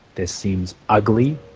this seems ugly,